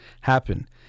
happen